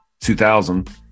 2000